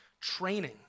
training